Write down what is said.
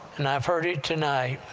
and i've heard it tonight.